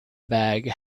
bag